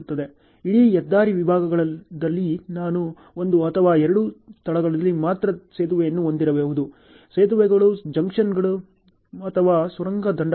ಇಡೀ ಹೆದ್ದಾರಿ ವಿಭಾಗದಲ್ಲಿ ನಾನು ಒಂದು ಅಥವಾ ಎರಡು ಸ್ಥಳಗಳಲ್ಲಿ ಮಾತ್ರ ಸೇತುವೆಯನ್ನು ಹೊಂದಿರಬಹುದು ಸೇತುವೆಗಳು ಜಂಕ್ಷನ್ಗಳು ಅಥವಾ ಸುರಂಗ ದಂಡಗಳು